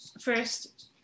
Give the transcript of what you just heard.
First